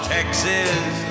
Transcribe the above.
Texas